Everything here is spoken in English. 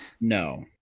No